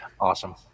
Awesome